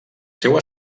seu